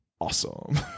awesome